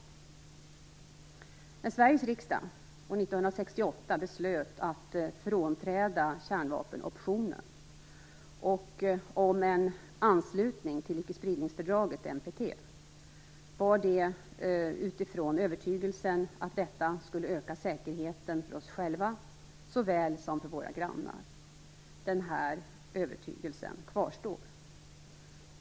När Sveriges riksdag år 1968 beslutade att frånträda kärvapenoptionen och om en anslutning till icke-spridningsfördraget, MPT, var det utifrån övertygelsen att detta skulle öka säkerheten för oss själva såväl som för våra grannar. Denna övertygelse kvarstår.